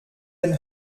den